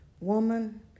Woman